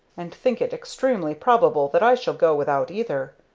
and think it extremely probable that i shall go without either.